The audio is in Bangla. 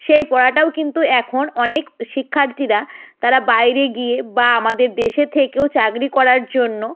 সেই পড়াটাও কিন্তু এখন অনেক শিক্ষার্থীরা তারা বাইরে গিয়ে বা আমাদের দেশে থেকেও চাকরি করার জন্য